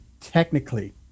technically